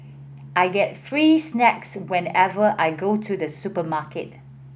I get free snacks whenever I go to the supermarket